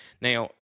now